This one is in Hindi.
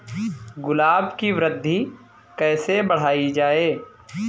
गुलाब की वृद्धि कैसे बढ़ाई जाए?